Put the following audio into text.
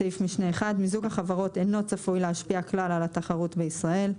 מיזוג החברות אינו צפוי להשפיע כלל על התחרות בישראל,